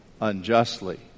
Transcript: unjustly